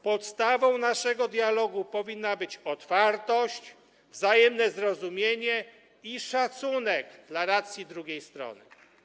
Podstawą naszego dialogu powinna być otwartość, wzajemne zrozumienie i szacunek dla racji drugiej strony.